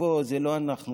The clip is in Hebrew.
ופה זה לא אנחנו,